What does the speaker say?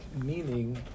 meaning